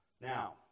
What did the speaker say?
Now